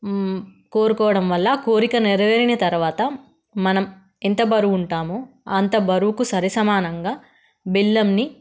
కోరుకోవడం వల్ల కోరిక నెరవేరిన తర్వాత మనం ఎంత బరువు ఉంటామో అంత బరువుకు సరి సమానంగా బెల్లంని